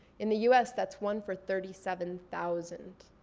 in the us, that's one for thirty seven thousand.